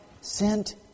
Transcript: sent